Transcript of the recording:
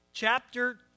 Chapter